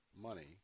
money